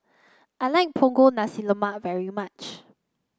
I like Punggol Nasi Lemak very much